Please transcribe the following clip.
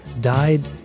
died